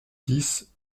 dix